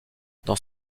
dans